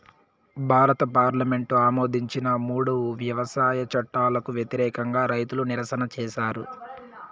భారత పార్లమెంటు ఆమోదించిన మూడు వ్యవసాయ చట్టాలకు వ్యతిరేకంగా రైతులు నిరసన చేసారు